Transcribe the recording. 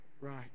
right